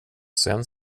sen